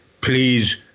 please